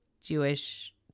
Jewish